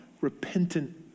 repentant